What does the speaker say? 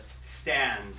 stand